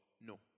No